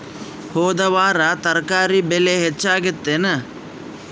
ಹೊದ ವಾರ ತರಕಾರಿ ಬೆಲೆ ಹೆಚ್ಚಾಗಿತ್ತೇನ?